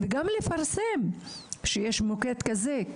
וגם לפרסם כשיש מוקד כזה.